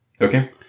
Okay